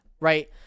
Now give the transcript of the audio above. Right